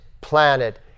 planet